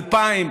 2,000?